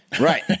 Right